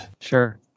Sure